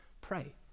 Pray